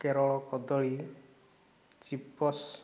କେରଳ କଦଳୀ ଚିପ୍ସ